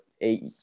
eight